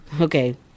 Okay